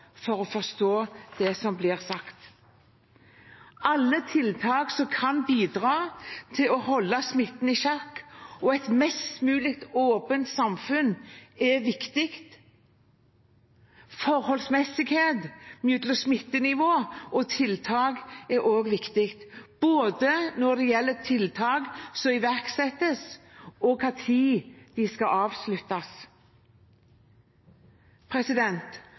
for å forstå det som blir sagt. Alle tiltak som kan bidra til å holde smitten i sjakk og et mest mulig åpent samfunn, er viktig. Forholdsmessighet mellom smittenivå og tiltak er også viktig – både når det gjelder tiltak som iverksettes, og når de skal avsluttes.